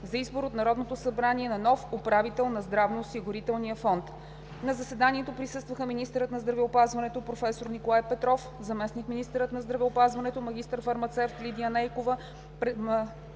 за избор от Народното събрание на нов управител на здравноосигурителния фонд. На заседанието присъстваха: министърът на здравеопазването – професор Николай Петров, заместник-министърът на здравеопазването – магистър-фармацевт Лидия Нейкова,